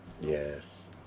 Yes